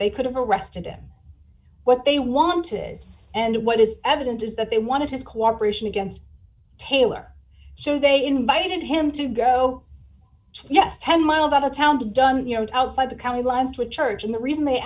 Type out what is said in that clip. they could have arrested him what they wanted and what is evident is that they wanted his cooperation against taylor so they invited him to go yes ten miles out of town done outside the county lines to a church and the reason they